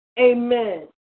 Amen